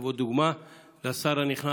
דוגמה לשר הנכנס,